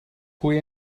pwy